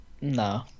No